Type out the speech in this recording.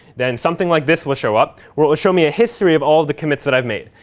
then something like this will show up, where it will show me a history of all the commits that i've made.